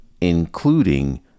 including